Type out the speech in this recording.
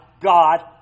God